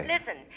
Listen